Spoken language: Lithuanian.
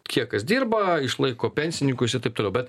kiek kas dirba išlaiko pensininkus ir taip toliau bet